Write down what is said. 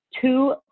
two